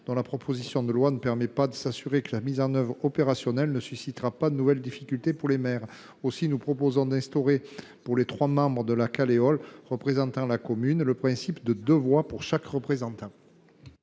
de la proposition de loi ne permet pas de nous assurer que la mise en œuvre opérationnelle de ce droit de veto ne suscitera pas de nouvelles difficultés pour les maires. Aussi, nous proposons d’instaurer, pour les trois membres de la Caleol représentant la commune, le principe de deux voix pour chaque représentant.